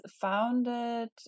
founded